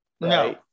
No